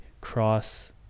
cross